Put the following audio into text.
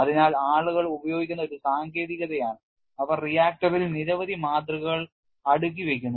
അതിനാൽ ആളുകൾ ഉപയോഗിക്കുന്ന ഒരു സാങ്കേതികതയാണ് അവർ റിയാക്ടറിൽ നിരവധി മാതൃകകൾ അടുക്കി വെയ്ക്കുന്നു